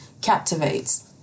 captivates